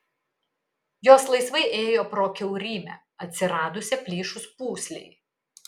jos laisvai ėjo pro kiaurymę atsiradusią plyšus pūslei